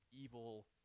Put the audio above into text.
evil